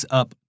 up